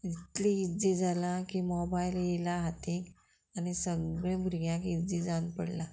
इतली इजी जालां की मोबायल येयला हातीक आनी सगळे भुरग्यांक इजी जावन पडला